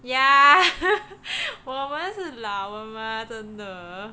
yeah 我们是老的吗真的